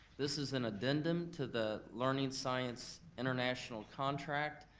this is an addendum to the learning science international contract.